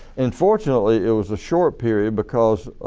unfortunately it was a short period because